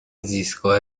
زیستگاه